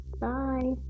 Bye